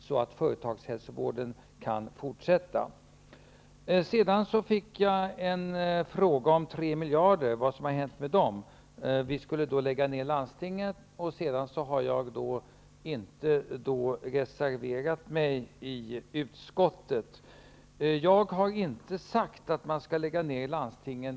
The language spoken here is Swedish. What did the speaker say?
Då kan företagshälsovården fortsätta med sin verksamhet. Jag fick en fråga vad som har hänt med besparingen på de 3 miljarderna, som en nedläggning av landstingen skulle medföra. Barbro Westerholm undrade varför jag inte hade reserverat mig i utskottet. Jag har inte sagt att man skall lägga ned landstingen.